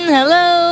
Hello